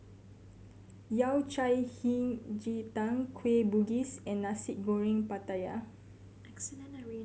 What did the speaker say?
Yao Cai Hei Ji Tang Kueh Bugis and Nasi Goreng Pattaya